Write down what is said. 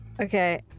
Okay